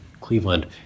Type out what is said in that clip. Cleveland